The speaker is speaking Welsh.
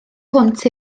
hwnt